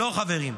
לא, חברים,